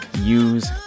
use